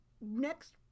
Next